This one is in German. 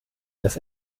des